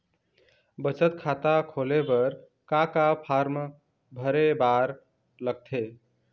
बचत खाता खोले बर का का फॉर्म भरे बार लगथे?